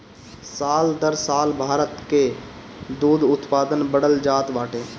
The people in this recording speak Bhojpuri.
साल दर साल भारत कअ दूध उत्पादन बढ़ल जात बाटे